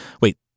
Wait